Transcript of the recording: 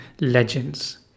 legends